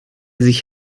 sich